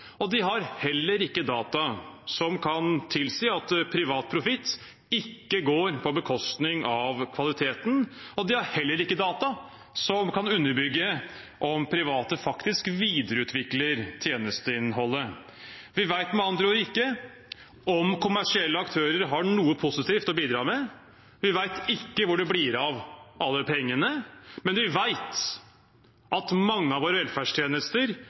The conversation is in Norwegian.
De har ikke data som kan tilsi at privat profitt ikke går på bekostning av kvaliteten, og de har heller ikke data som kan underbygge om private faktisk videreutvikler tjenesteinnholdet. Vi vet med andre ord ikke om kommersielle aktører har noe positivt å bidra med. Vi vet ikke hvor det blir av alle pengene. Men vi vet at mange av våre velferdstjenester